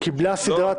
משק המדינה לא